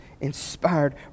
inspired